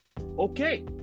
Okay